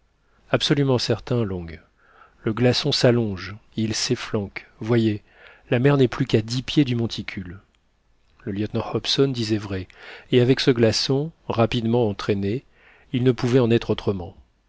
absolument certain long le glaçon s'allonge il s'efflanque voyez la mer n'est plus à dix pieds du monticule le lieutenant hobson disait vrai et avec ce glaçon rapidement entraîné il ne pouvait en être autrement